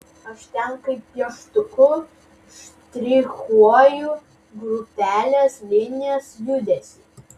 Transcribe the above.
aš ten kaip pieštuku štrichuoju grupeles linijas judesį